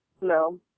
No